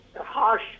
harsh